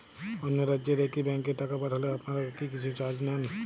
অন্য রাজ্যের একি ব্যাংক এ টাকা পাঠালে আপনারা কী কিছু চার্জ নেন?